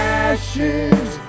ashes